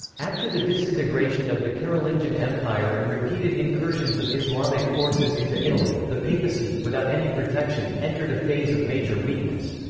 after the disintegration of the carolingian empire and repeated incursions of islamic forces into italy, the papacy, without any protection, entered a phase of major weakness.